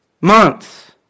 Months